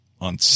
on